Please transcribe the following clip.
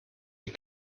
die